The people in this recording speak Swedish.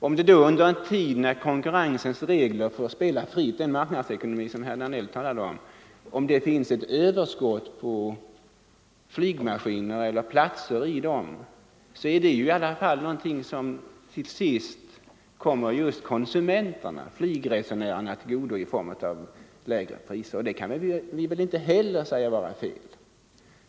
Om det då under en tid när konkurrensens regler får spela fritt — den marknadsekonomi som herr Danell talade om — finns ett överskott på flygmaskiner och platser i dem, är det i alla fall någonting som till sist kommer just konsumenterna, dvs. flygresenärerna, till godo i form av lägre priser. Det kan inte vara fel.